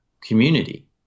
community